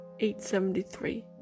873